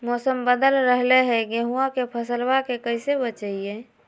मौसम बदल रहलै है गेहूँआ के फसलबा के कैसे बचैये?